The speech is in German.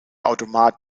automat